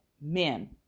men